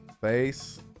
Face